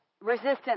resistance